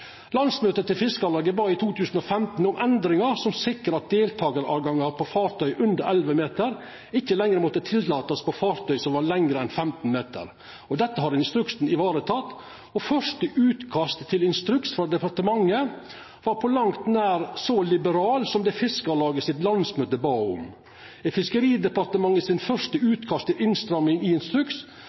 Landsmøtet til Fiskarlaget bad i 2015 om endringar som skulle sikra at deltakartilgjenge for fartøy under 11 meter, ikkje lenger måtte tillatast for fartøy som var lengre enn 15 meter. Dette har instruksen ivareteke, og første utkast til instruks frå departementet var på langt nær så liberal som det Fiskarlaget sitt landsmøte bad om. I Fiskeridepartementet sitt første utkast til innstramming i instruks,